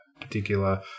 particular